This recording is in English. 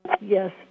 Yes